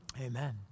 Amen